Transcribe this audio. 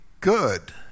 good